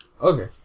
Okay